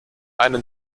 einen